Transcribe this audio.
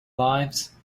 lives